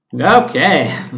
Okay